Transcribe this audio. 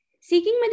Seeking